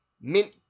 mint